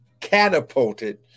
catapulted